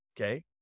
Okay